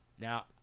Now